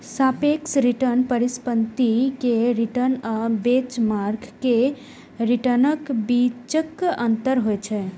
सापेक्ष रिटर्न परिसंपत्ति के रिटर्न आ बेंचमार्क के रिटर्नक बीचक अंतर होइ छै